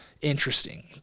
interesting